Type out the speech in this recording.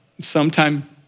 sometime